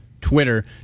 Twitter